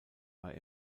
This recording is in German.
war